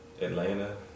Atlanta